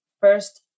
first